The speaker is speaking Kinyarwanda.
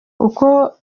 uko